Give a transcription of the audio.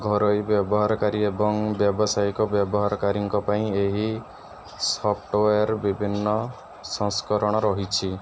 ଘରୋଇ ବ୍ୟବହାରକାରୀ ଏବଂ ବ୍ୟାବସାୟିକ ବ୍ୟବହାରକାରୀଙ୍କ ପାଇଁ ଏହି ସଫ୍ଟ ୱେର୍ ବିଭିନ୍ନ ସଂସ୍କରଣ ରହିଛି